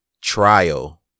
trial